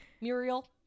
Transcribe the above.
Muriel